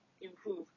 improve